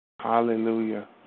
Hallelujah